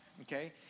Okay